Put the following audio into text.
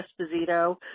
Esposito